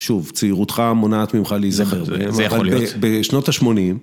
שוב, צעירותך מונעת ממך להיזכר, אבל בשנות ה-80...